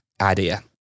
idea